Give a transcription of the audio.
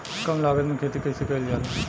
कम लागत में खेती कइसे कइल जाला?